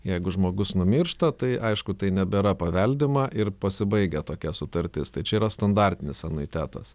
jeigu žmogus numiršta tai aišku tai nebėra paveldima ir pasibaigia tokia sutartis tai čia yra standartinis anuitetas